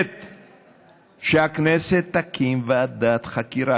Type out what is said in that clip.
2. שהכנסת תקים ועדת חקירה.